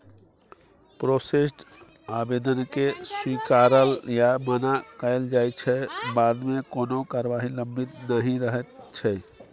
processed आबेदनकेँ स्वीकारल या मना कएल जाइ छै बादमे कोनो कारबाही लंबित नहि रहैत छै